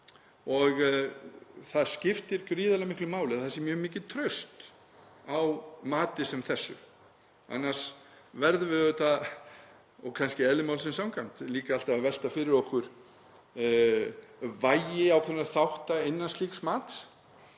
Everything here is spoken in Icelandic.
og það skiptir gríðarlega miklu máli að það sé mjög mikið traust á mati sem þessu. Annars verðum við auðvitað, og kannski eðli málsins samkvæmt, líka alltaf að velta fyrir okkur vægi ákveðinna þátta innan slíks mats,